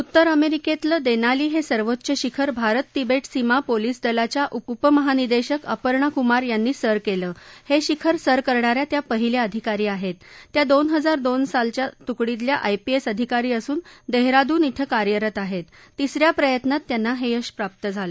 उत्तर अमरिक्तिलं दद्यीली हस्तिर्वोच्च शिखर भारत तिबटीसीमा पोलीस दलाच्या उपमहानिद्दीक्र अपर्णा कुमार यांनी सर क्वि हस् शिखर सर करणा या त्या पहिल्या अधिकारी आहस्त त्या दोन हजार दोन सालच्या तुकडीतल्या आयपीएस अधिकारी असून दहित्तादून यद्धा कार्यरत आहत्त तिस या प्रयत्नांत त्यांना हविश प्राप्त झालं